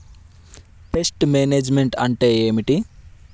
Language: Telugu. పెస్ట్ మేనేజ్మెంట్ అంటే ఏమిటి?